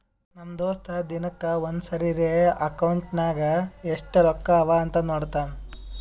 ನಮ್ ದೋಸ್ತ ದಿನಕ್ಕ ಒಂದ್ ಸರಿರೇ ಅಕೌಂಟ್ನಾಗ್ ಎಸ್ಟ್ ರೊಕ್ಕಾ ಅವಾ ಅಂತ್ ನೋಡ್ತಾನ್